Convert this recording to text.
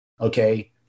Okay